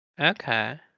Okay